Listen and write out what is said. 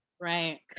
Right